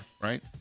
right